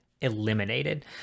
eliminated